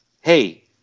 hey